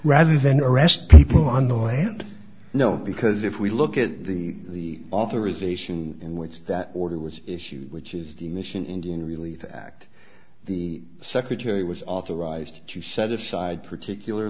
rather than arrest people on the land no because if we look at the authorization in which that order was issued which is the mission indian really act the secretary was authorized to set aside particular